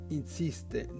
insiste